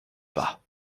pas